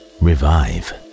Revive